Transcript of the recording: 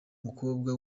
mukobwa